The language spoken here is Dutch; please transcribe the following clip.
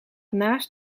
naast